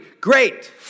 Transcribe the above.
Great